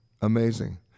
Amazing